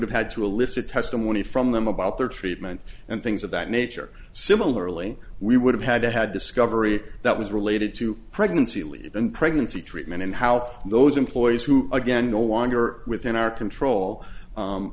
have had to elicit testimony from them about their treatment and things of that nature similarly we would have had to had discovery that was related to pregnancy leave in pregnancy treatment and how those employees who again no longer within our control